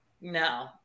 No